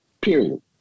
Period